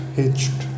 hitched